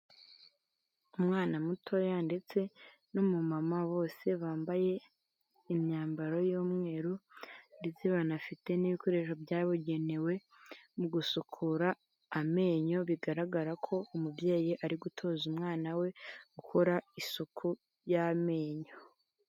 Umwana mutoya ndetse n'umumama bose bambaye imyambaro y'umweru, ndetse banafite n'ibikoresho byabugenewe mu gusukura amenyo, bigaragara ko umubyeyi ari gutoza umwana we gukora isuku y'amenyo.